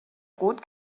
rot